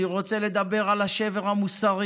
אני רוצה לדבר על השבר המוסרי